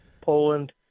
Poland